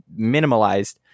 minimalized